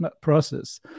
process